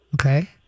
Okay